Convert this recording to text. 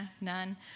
none